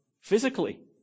physically